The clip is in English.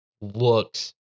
looks